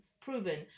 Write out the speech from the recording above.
proven